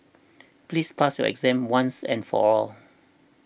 please pass your exam once and for all